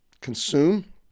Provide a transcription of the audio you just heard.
consume